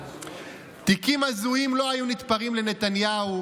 תיקים הזויים לא היו נתפרים לנתניהו,